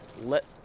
let